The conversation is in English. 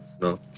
No